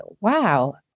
wow